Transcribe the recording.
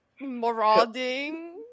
marauding